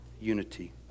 unity